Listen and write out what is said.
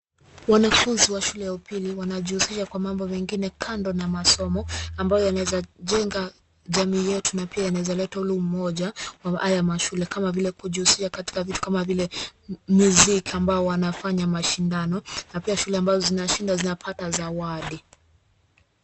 Wanafunzi wa shule ya upili wanajihusisha kwa mambo mengine kando na masomo, ambayo yanaweza jenga jamii yetu na pia yanaweza leta ule umoja wa haya mashule. Kama vile kujihusisha katika vitu kama vile muziki ambao wanafanya mashindano na pia shule ambazo zinashinda zinapata zawadi.